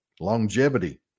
Longevity